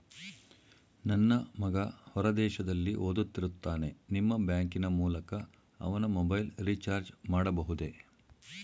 ನನ್ನ ಮಗ ಹೊರ ದೇಶದಲ್ಲಿ ಓದುತ್ತಿರುತ್ತಾನೆ ನಿಮ್ಮ ಬ್ಯಾಂಕಿನ ಮೂಲಕ ಅವನ ಮೊಬೈಲ್ ರಿಚಾರ್ಜ್ ಮಾಡಬಹುದೇ?